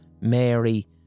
Mary